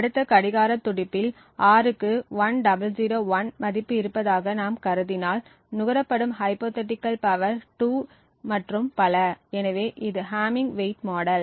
அடுத்த கடிகார துடிப்பில் R க்கு 1001 மதிப்பு இருப்பதாக நாம் கருதினால் நுகரப்படும் ஹைப்போதீட்டிகள் பவர் 2 மற்றும் பல எனவே இது ஹேமிங் வெயிட் மாடல்